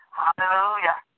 hallelujah